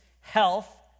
health